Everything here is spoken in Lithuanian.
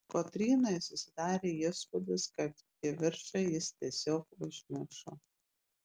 kotrynai susidarė įspūdis kad kivirčą jis tiesiog užmiršo